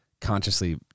consciously